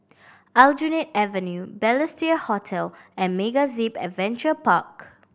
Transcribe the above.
Aljunied Avenue Balestier Hotel and MegaZip Adventure Park